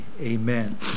Amen